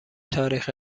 تاریخ